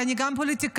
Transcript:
ואני גם פוליטיקאית,